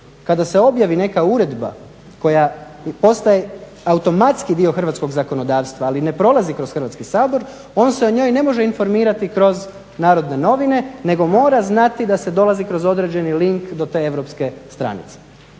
kada se objavi neka uredba koja postaje automatski dio hrvatskog zakonodavstva ali ne prolazi kroz Hrvatski sabor on se o njoj ne može informirati kroz Narodne novine nego mora znati da se dolazi kroz određeni link do te europske stranice.